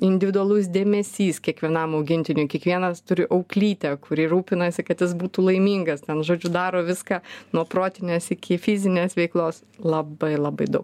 individualus dėmesys kiekvienam augintiniui kiekvienas turi auklytę kuri rūpinasi kad jis būtų laimingas ten žodžiu daro viską nuo protinės iki fizinės veiklos labai labai daug